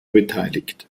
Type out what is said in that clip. beteiligt